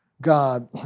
God